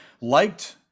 liked